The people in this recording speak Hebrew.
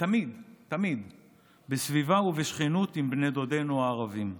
ותמיד בסביבה ובשכנות עם בני דודנו הערבים.